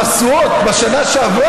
אני יכול להגיב ולסכם רק במשפט